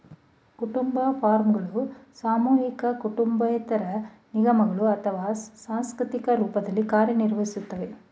ಕುಟುಂಬ ಫಾರ್ಮ್ಗಳು ಸಾಮೂಹಿಕ ಕುಟುಂಬೇತರ ನಿಗಮಗಳು ಅಥವಾ ಸಾಂಸ್ಥಿಕ ರೂಪದಲ್ಲಿ ಕಾರ್ಯನಿರ್ವಹಿಸ್ತವೆ